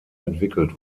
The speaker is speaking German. entwickelt